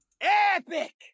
Epic